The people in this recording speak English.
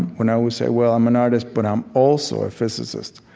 when i would say, well i'm an artist, but i'm also a physicist,